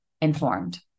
informed